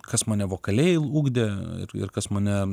kas mane vokaliai ugdė ir kas mane